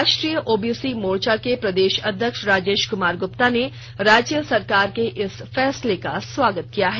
राष्ट्रीय ओबीसी मोर्चा के प्रदेश अध्यक्ष राजेश कुमार गुप्ता ने राज्य सरकार के इस फैसले का स्वागत किया है